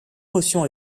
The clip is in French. motion